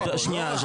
שנייה,